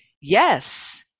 yes